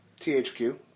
THQ